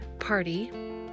party